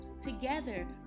Together